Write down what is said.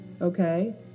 okay